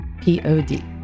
P-O-D